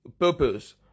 purpose